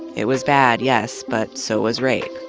it was bad, yes. but so was rape.